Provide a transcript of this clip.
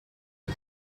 his